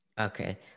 Okay